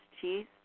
cheese